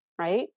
right